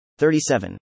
37